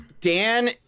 Dan